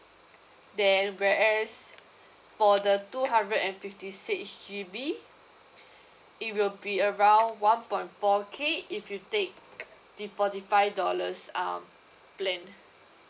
then whereas for the two hundred and fifty six G_B it will be around one point four K if you take the forty five dollars um plan